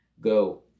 Go